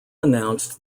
announced